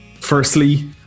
Firstly